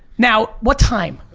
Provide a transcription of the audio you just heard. now, what time?